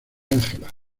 ángela